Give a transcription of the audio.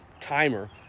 timer